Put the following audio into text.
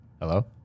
Hello